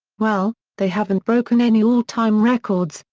well, they haven't broken any all-time records,